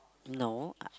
no